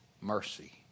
mercy